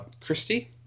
Christy